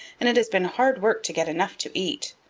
and it has been hard work to get enough to eat.